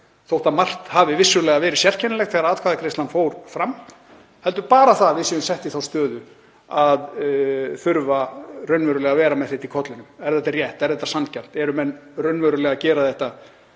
þótt margt hafi vissulega verið sérkennilegt þegar atkvæðagreiðslan fór fram heldur bara gagnrýna það að við séum sett í þá stöðu að þurfa raunverulega að vera með þetta í kollinum. Er þetta rétt? Er þetta sanngjarnt? Eru menn raunverulega að gera þetta